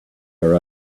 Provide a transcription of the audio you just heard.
her